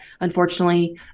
unfortunately